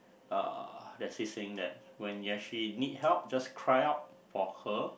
uh there's this saying that when you actually need help just cry out for her